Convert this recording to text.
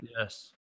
Yes